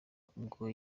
ubwo